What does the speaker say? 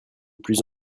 plus